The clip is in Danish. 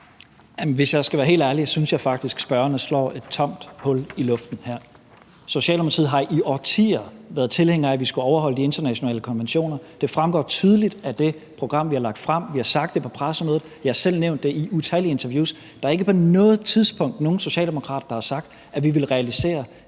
være helt ærlig, synes jeg faktisk, at spørgerne slår et tomt hul i luften her. Socialdemokratiet har i årtier været tilhænger af, at vi skulle overholde de internationale konventioner. Det fremgår tydeligt af det program, vi har lagt frem. Vi har sagt det på pressemødet, og jeg har selv nævnt det i utallige interviews. Der er ikke på noget tidspunkt nogen socialdemokrat, der har sagt, at vi vil realisere